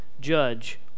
judge